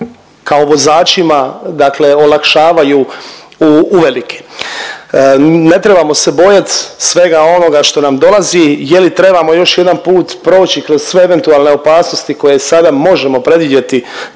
kao vozačima olakšavaju uvelike. Ne trebamo se bojat svega onoga što nam dolazi. Je li trebamo još jedan put proći kroz sve eventualne opasnosti koje sada možemo predvidjeti?